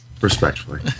Respectfully